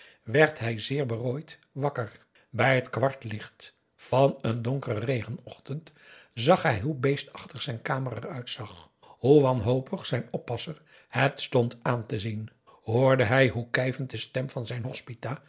werd hij zeer berooid wakker bij het kwartlicht van een donkeren regenochtend zag hij hoe beestachtig zijn kamer er uitzag hoe wanhopig zijn oppasser het stond aan te zien hoorde hij hoe kijvend de stem van zijn hospita